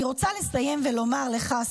אני רוצה לסיים ולומר לך,